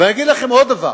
ואני אגיד לכם עוד דבר: